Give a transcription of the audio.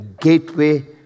gateway